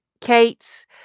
Kate's